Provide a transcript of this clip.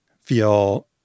feel